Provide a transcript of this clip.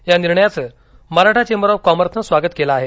या निर्णयाचं Maratha chamber of कॉमर्सन स्वागत केलं आहे